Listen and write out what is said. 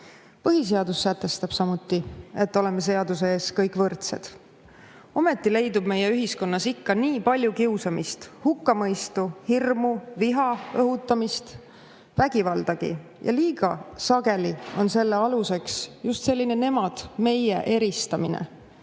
vaielda. Põhiseadus sätestab samuti, et oleme seaduse ees kõik võrdsed. Ometi leidub meie ühiskonnas ikka nii palju kiusamist, hukkamõistu, hirmu, viha õhutamist, vägivaldagi. Ja sageli on selle aluseks just selline "nemad" ja "meie" eristamine.